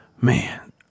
Man